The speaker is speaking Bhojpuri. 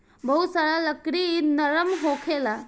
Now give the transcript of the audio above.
बहुत सारा लकड़ी नरम होखेला